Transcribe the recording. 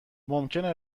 ممکنه